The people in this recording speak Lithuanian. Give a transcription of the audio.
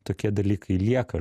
tokie dalykai lieka